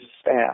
staff